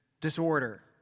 disorder